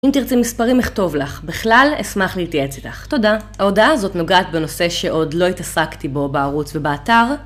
אם תרצה מספרים אכתוב לך, בכלל - אשמח להתייעץ איתך, תודה. ההודעה הזאת נוגעת בנושא שעוד לא התעסקתי בו בערוץ ובאתר.